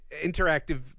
interactive